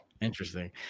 Interesting